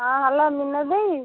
ହଁ ହ୍ୟାଲୋ ମୀନ ଦେଈ